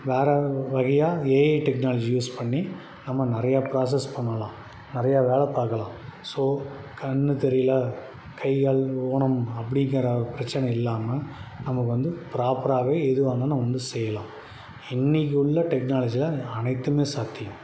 வேறு வகையாக AI technology use பண்ணி நம்ம நிறையா ப்ராஸஸ் பண்ணலாம் நிறையா வேலை பார்க்கலாம் ஸோ கண் தெரியலை கை கால் ஊனம் அப்படிங்கிற பிரச்சின இல்லாமல் நமக்கு வந்து ப்ராப்பராகவே எதுவாக இருந்தாலும் நம்ம வந்து செய்யலாம் இன்னிக்கு உள்ள டெக்னாலஜியில் அனைத்துமே சாத்தியம்